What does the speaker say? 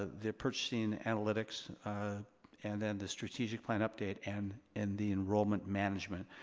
the purchasing analytics and then the strategic plan update and and the enrollment management.